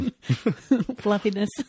fluffiness